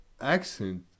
accent